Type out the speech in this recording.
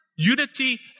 unity